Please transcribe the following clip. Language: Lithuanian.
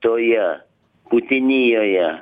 toje putinijoje